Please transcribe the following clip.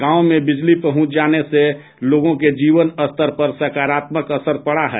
गांवों में बिजली पहुंच जाने से लोगों के जीवन पर सकारात्मक असर पड़ा है